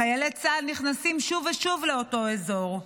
חיילי צה"ל נכנסים שוב ושוב לאותו אזור,